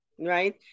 right